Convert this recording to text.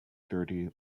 thirty